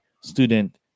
student